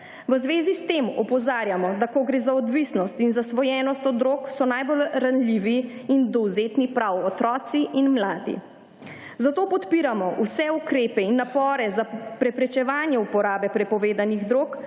V zvezi s tem opozarjamo, da ko gre za odvisnost in zasvojenost od drog, so najbolj ranljivi in dovzetni prav otroci in mladi. Zato podpiramo vse ukrepe in napore za preprečevanje uporabe prepovedanih drog